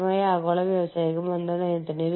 നിങ്ങൾ പ്രവർത്തിക്കുന്ന പരിസ്ഥിതി